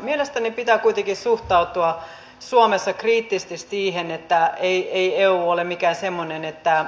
mielestäni pitää kuitenkin suhtautua suomessa kriittisesti niin että ei eu ole mikään semmoinen että